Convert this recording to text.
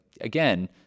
again